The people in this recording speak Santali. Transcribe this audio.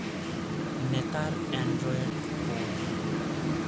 ᱱᱮᱛᱟᱨ ᱮᱱᱰᱨᱚᱭᱮᱰ ᱯᱷᱳᱱ